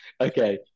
Okay